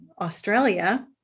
Australia